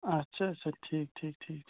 اَچھا اَچھا ٹھیٖک ٹھیٖک ٹھیٖک